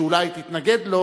ואולי היא תתנגד לו,